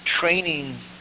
training